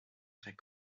très